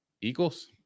Eagles